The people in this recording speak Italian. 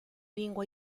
lingua